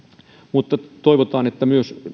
mutta toivotaan että nähdään myös